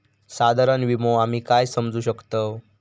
साधारण विमो आम्ही काय समजू शकतव?